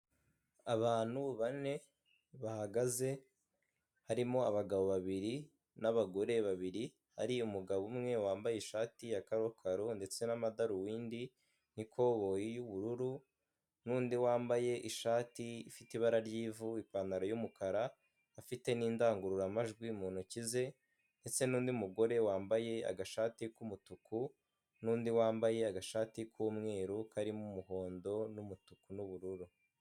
Abantu bane bahagaze harimo abagabo babiri n'abagore babiri, hari umugabo umwe wambaye ishati ya karokaro ndetse n'amadarubindi n'ikoboyi y'ubururu n'undi wambaye ishati ifite ibara ry'ivu, ipantaro y'umukara afite n'indangururamajwi mu ntoki ze, ndetse n'undi mugore wambaye agashati k'umutuku n'undi wambaye agashati k'umweru karimo umuhondo n'umutuku n'ubururu.